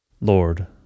Lord